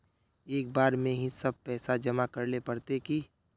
एक बार में ही सब पैसा जमा करले पड़ते की?